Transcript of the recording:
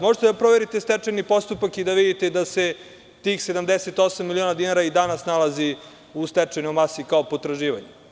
Možete da proverite stečajni postupak i da vidite da se tih 78 miliona dinara i danas nalazi u stečajnoj masi, kao potraživanje.